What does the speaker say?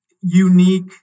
unique